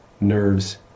nerves